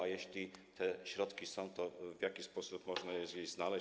A jeśli te środki są, to w jaki sposób można je znaleźć?